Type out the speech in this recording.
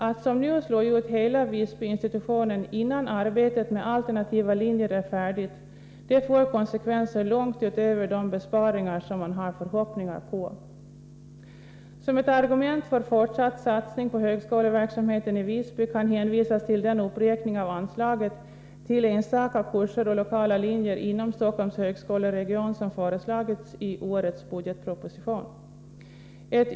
Att, som nu sker, slå ut hela Visbyinstitutionen, innan arbetet med alternativa linjer är avslutat, får till konsekvens att det inte på långt när är möjligt att åstadkomma de besparingar som man hoppats på. Som ett argument för fortsatt satsning på högskoleverksamheten i Visby kan hänvisas till den uppräkning av anslaget till enstaka kurser och lokala linjer inom Stockholms högskoleregion som föreslagits i årets budgetproposition.